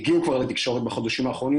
הם הגיעו כבר לתקשורת בחודשים האחרונים